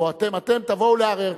אתם תבואו להר-הרצל.